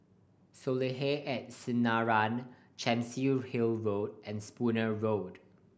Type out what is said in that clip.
Soleil at Sinaran Chancery Hill Road and Spooner Road